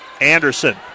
Anderson